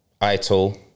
idle